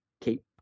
keep